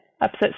upset